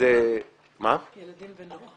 --- ילדים ונוער.